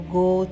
go